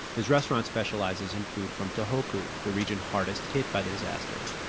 his restaurant specializes in food from tohoku, the region hardest hit by the disaster.